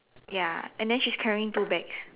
ya and then she's carrying two bags